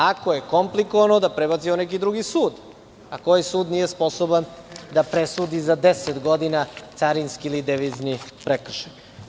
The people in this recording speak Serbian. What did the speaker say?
Ako je komplikovano da prebacimo u neki drugi sud, a koji sud nije sposoban da presudi za deset godina carinski ili devizni prekršaj?